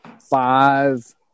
five